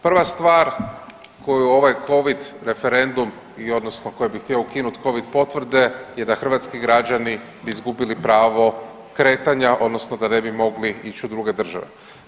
Prva stvar koju ovaj Covid referendum i odnosno koji bi htio ukinut COvid potvrde je da hrvatski građani izgubili pravo kretanja odnosno da ne bi mogli ići u druge države.